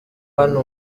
hano